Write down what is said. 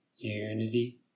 Unity